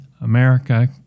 America